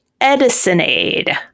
Edisonade